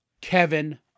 Kevin